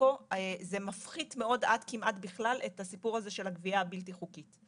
כה זה מפחית מאוד עד כמעט בכלל את הסיפור הזה של הגבייה הבלתי חוקית.